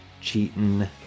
cheating